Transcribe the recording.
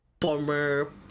former